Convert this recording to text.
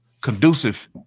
conducive